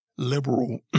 liberal